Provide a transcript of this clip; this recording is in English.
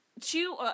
Two